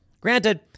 Granted